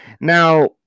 Now